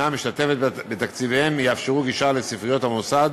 משתתפת בתקציביהם יאפשרו גישה לספריות המוסד